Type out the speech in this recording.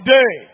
day